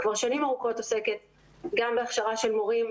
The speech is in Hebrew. כבר שנים ארוכות עוסקת גם בהכשרה של מורים,